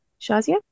Shazia